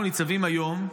אנחנו ניצבים היום,